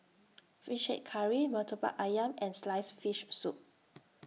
Fish Head Curry Murtabak Ayam and Sliced Fish Soup